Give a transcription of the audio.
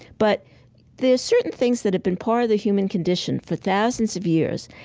but there are certain things that have been part of the human condition for thousands of years,